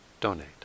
donate